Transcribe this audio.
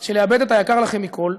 של לאבד את היקר לכם מכול,